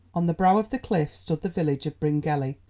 on the brow of the cliff stood the village of bryngelly,